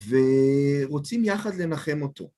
ורוצים יחד לנחם אותו.